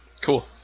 Cool